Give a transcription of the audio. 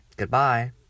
Goodbye